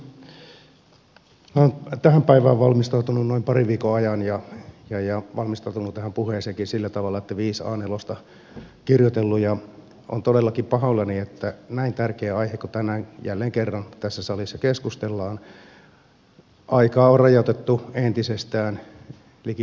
minä olen tähän päivään valmistautunut noin parin viikon ajan ja valmistautunut tähän puheeseenkin sillä tavalla että viisi a nelosta olen kirjoitellut ja olen todellakin pahoillani että kun tänään jälleen kerran näin tärkeästä aiheesta tässä salissa keskustellaan aikaa on rajoitettu entisestään liki puoleen